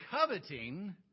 Coveting